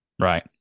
Right